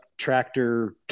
Tractor